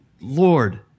Lord